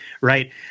right